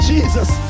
Jesus